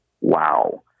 wow